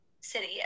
city